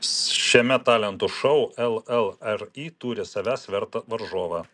šiame talentų šou llri turi savęs vertą varžovą